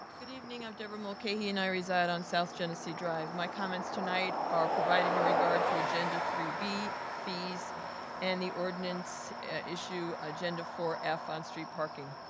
good evening, i'm debra mulcahey and i reside on south genesee drive. my comments tonight are provided in regard to agenda three b, fees and the ordinance issue agenda four f on street parking.